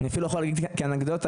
אני יכול להגיד כאנקדוטה